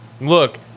Look